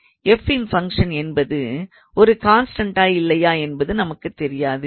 f இன் function என்பது ஒரு கான்ஸ்டண்டா இல்லையா என்பது நமக்குத் தெரியாது